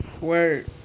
Word